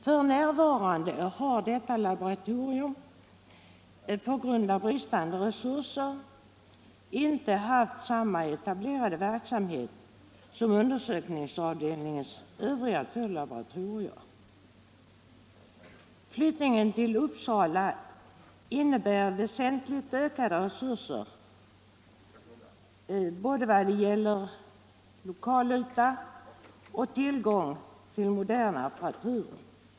F.n. har detta laboratorium, på grund av brist på resurser, inte haft samma etablerade verksamhet som undersökningsavdelningens övriga två laboratorier. Flyttningen till Uppsala innebär väsentligt ökade resurser i vad gäller både lokalyta och tillgång till modern apparatur.